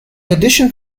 addition